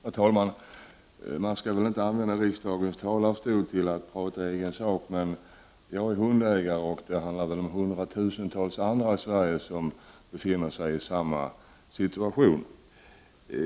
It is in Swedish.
Herr talman! Jag skall inte använda riksdagens talarstol till att tala i egen sak, men jag är hundägare, och det finns väl hundratusentals andra i Sverige som också är det.